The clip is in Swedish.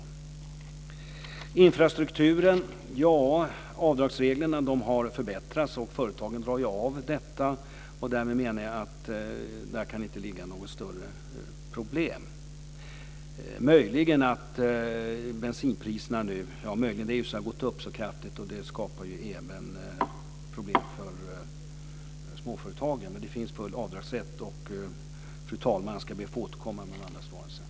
När det gäller infrastrukturen vill jag säga att avdragsreglerna har förbättrats. Företagen gör avdrag. Där kan det inte ligga något större problem. Bensinpriserna har i och för sig gått upp kraftigt, och det skapar problem även för småföretagen. Men det finns full avdragsrätt. Fru talman! Jag ska be att få återkomma med de andra svaren.